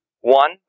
One